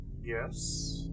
Yes